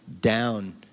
down